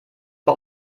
das